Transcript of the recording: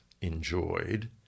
enjoyed